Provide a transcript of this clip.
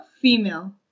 female